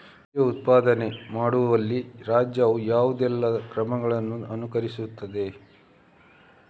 ಬೀಜ ಉತ್ಪಾದನೆ ಮಾಡುವಲ್ಲಿ ರಾಜ್ಯವು ಯಾವುದೆಲ್ಲ ಕ್ರಮಗಳನ್ನು ಅನುಕರಿಸುತ್ತದೆ?